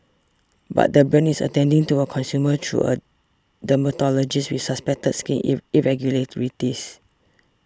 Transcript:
but the brand is attending to a consumer through a dermatologist with suspected skin irregularities